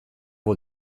wol